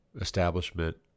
establishment